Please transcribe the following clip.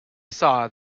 saw